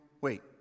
wait